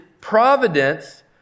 providence